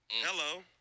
Hello